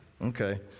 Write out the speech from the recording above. Okay